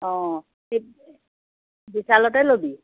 অঁ বিশালতে ল'বি